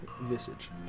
visage